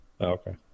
Okay